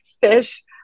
fish